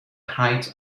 height